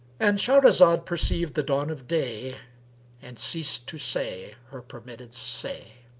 and shahrazad perceived the dawn of day and ceased to say her permitted say.